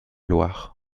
loire